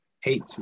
hate